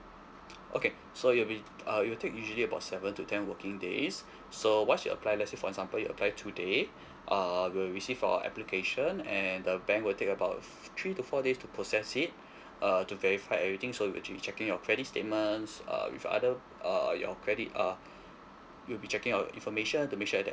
okay so you'll be uh it'll take usually about seven to ten working days so once you apply let's say for example you apply today um we'll receive your application and the bank will take about three to four days to process it uh to verify everything so we actually checking your credit statements um with other uh your credit uh we'll be checking your information to make sure that